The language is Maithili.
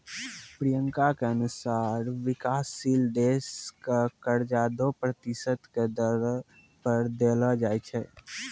प्रियंका के अनुसार विकाशशील देश क कर्जा दो प्रतिशत के दरो पर देलो जाय छै